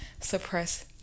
suppress